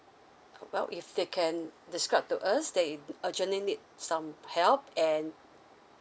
well if they can describe to us that it urgently need some help and